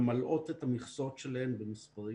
ממלאות את מכסות שלהן במספרי